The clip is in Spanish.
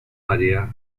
área